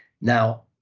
Now